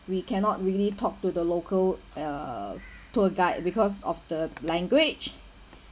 we cannot really talk to the local uh tour guide because of the language